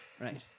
Right